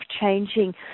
changing